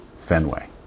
Fenway